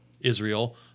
Israel